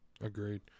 Agreed